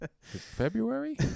February